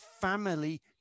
family